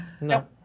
No